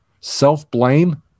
Self-blame